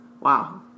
wow